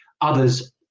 Others